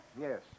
Yes